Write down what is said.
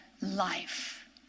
life